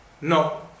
No